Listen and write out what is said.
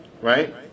right